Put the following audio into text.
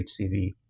HCV